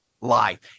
life